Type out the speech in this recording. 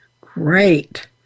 Great